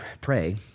pray